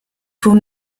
tun